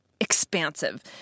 expansive